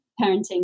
parenting